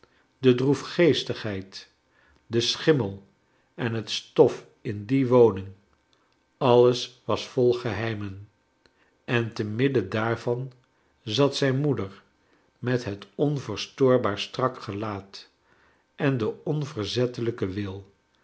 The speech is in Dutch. de droefgeestigheid de schimniel en het stof in die woning alles was vol geh eim en en te midden daarvan zat zijn moeder met het ohverstoorbaar strak gelaat en den onverzettelijken wil